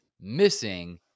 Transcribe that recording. missing